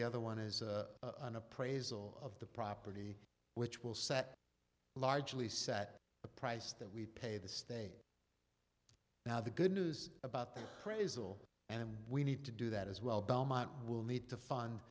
the other one is an appraisal of the property which will set largely set a price that we pay the state now the good news about the phrasal and we need to do that as well belmont will need to fund